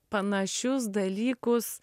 panašius dalykus